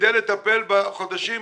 כדי לטפל בחודשים,